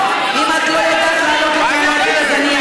אם את לא יודעת, אז אני אגיד.